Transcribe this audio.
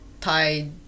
Tied